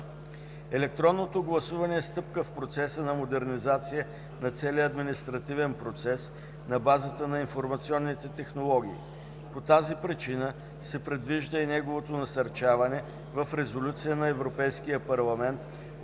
Електронното гласуване е стъпка в процеса на модернизация на целия административен процес на базата на информационните технологии. По тази причина се предвижда и неговото насърчаване в Резолюция на Европейския парламент